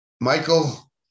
Michael